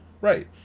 Right